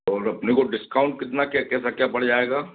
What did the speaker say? और अपने को डिस्काउंट कितना क्या कैसा क्या पड़ जाएगा